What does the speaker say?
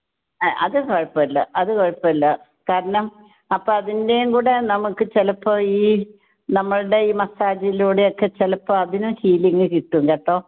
അത് കുഴപ്പം ഇല്ല അത് കുഴപ്പം ഇല്ല കാരണം അപ്പം അതിൻ്റെയുംകൂടെ നമുക്ക് ചിലപ്പോൾ ഈ നമ്മളുടെ ഈ മസാജിലൂടെയൊക്കെ ചിലപ്പോൾ അതിന് ഫീലിങ്ങ് കിട്ടും കേട്ടോ